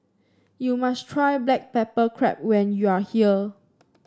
you must try Black Pepper Crab when you are here